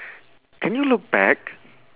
can you look back